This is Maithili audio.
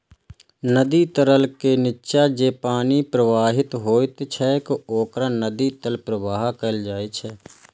नदी तल के निच्चा जे पानि प्रवाहित होइत छैक ओकरा नदी तल प्रवाह कहल जाइ छै